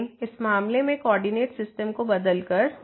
लेकिन इस मामले में कोऑर्डिनेट सिस्टम को बदलकर